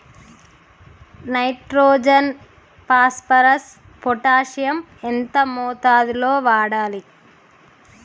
Nitrogen phosphorus potassium ఎంత మోతాదు లో వాడాలి?